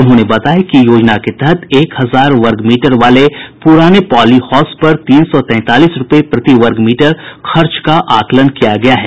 उन्होंने बताया कि योजना के तहत एक हजार वर्ग मीटर वाले पुराने पॉली हाउस पर तीन सौ तैंतालीस रूपये प्रति वर्ग मीटर खर्च का आकलन किया गया है